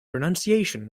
pronunciation